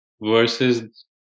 versus